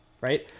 right